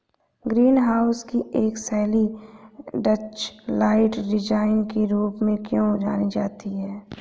Green house की एक शैली डचलाइट डिजाइन के रूप में क्यों जानी जाती है?